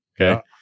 Okay